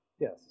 Yes